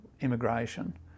immigration